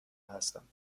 هستم